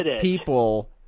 people